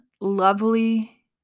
lovely